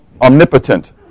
omnipotent